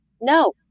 No